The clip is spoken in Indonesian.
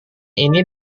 ini